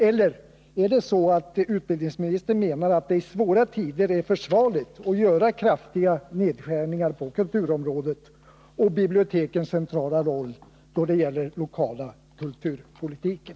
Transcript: Eller är det så att utbildningsministern menar att det i svåra tider är försvarligt att göra kraftiga nedskärningar på kulturområdet och när det gäller bibliotekens centraia roll i den lokala kulturpolitiken?